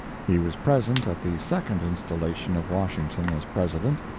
he was present at the second installation of washington as president,